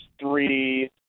three